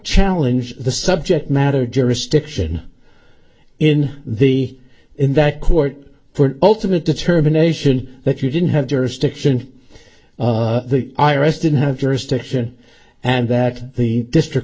challenge the subject matter jurisdiction in the in that court for ultimate determination that you didn't have jurisdiction the i r s didn't have jurisdiction and that the district